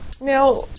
Now